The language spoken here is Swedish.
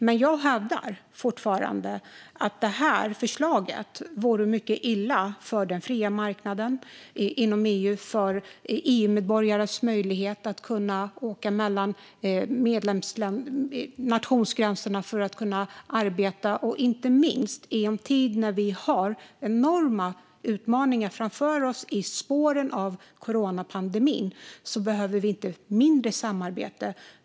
Men jag hävdar fortfarande att detta förslag är mycket illa för den fria marknaden inom EU och för EU-medborgares möjligheter att åka över nationsgränserna för att arbeta. Vi behöver inte mindre samarbete i en tid när vi har enorma utmaningar framför oss i spåren av coronapandemin.